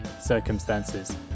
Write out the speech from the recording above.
circumstances